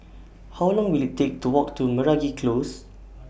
How Long Will IT Take to Walk to Meragi Close